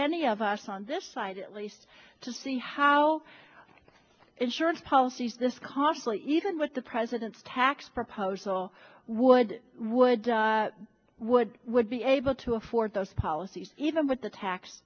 any of us on this side at least to see how is your policies this costly even with the president's tax proposal would would would would be able to afford those policies even with the tax